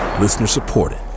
Listener-supported